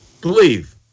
Believe